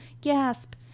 gasp